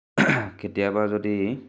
কেতিয়াবা যদি